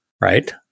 right